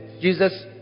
Jesus